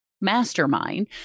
mastermind